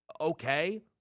Okay